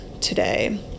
Today